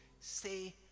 say